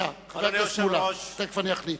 תיכף אחליט.